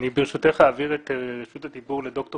אני ברשותך אעביר את רשות הדיבור לד"ר